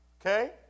Okay